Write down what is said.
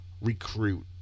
recruit